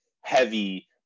heavy